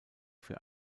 für